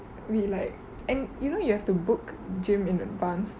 we like and you know you have to book gym in advance